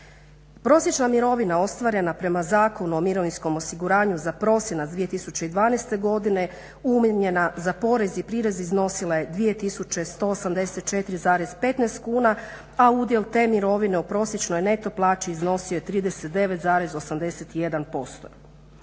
Prosječna mirovina ostvarena prema Zakonu o mirovinskom osiguranju za prosinac 2012. godine umanjena za porez i prirez iznosila je 2184,15 kuna, a udjel te mirovine u prosječnoj neto plaći iznosio je 39,81%.